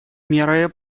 меры